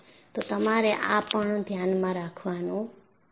તો તમારે આ પણ ધ્યાનમાં રાખવાનું છે